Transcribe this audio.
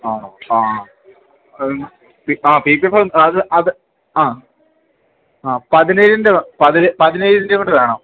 ആണോ ആ ആ പിപിഫ അത് അത് ആ ആ പതിനേൻ്റെ പ പതിനേഴൻ്റെ ഇട്ട വേണോ